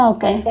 Okay